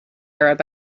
arab